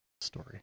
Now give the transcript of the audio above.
story